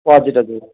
हजुर हजुर